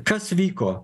kas vyko